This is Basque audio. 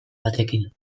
batekin